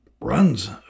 runs